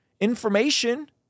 information